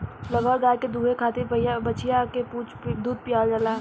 लगहर गाय के दूहे खातिर पहिले बछिया के दूध पियावल जाला